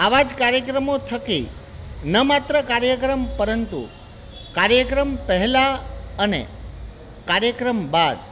આવા જ કાર્યક્રમો થકી ન માત્ર કાર્યક્રમ પરંતુ કાર્યક્રમ પહેલાં અને કાર્યક્રમ બાદ